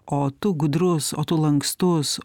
o tu gudrus o tu lankstus